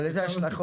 אבל אילו השלכות?